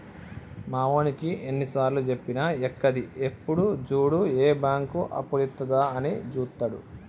మావోనికి ఎన్నిసార్లుజెప్పినా ఎక్కది, ఎప్పుడు జూడు ఏ బాంకు అప్పులిత్తదా అని జూత్తడు